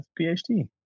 PhD